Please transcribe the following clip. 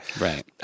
Right